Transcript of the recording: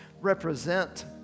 represent